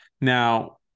Now